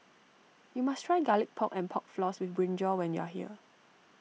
you must try Garlic Pork and Pork Floss with Brinjal when you are here